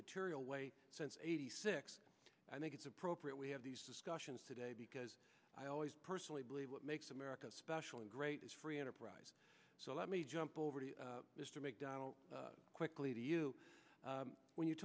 material way since eighty six i think it's appropriate we have these discussions today because i always personally believe what makes america special and great is free enterprise so let me jump over to you mr mcdonnell quickly to you when you